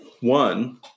One